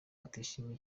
atishimiye